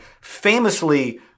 famously